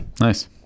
nice